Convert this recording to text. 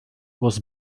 was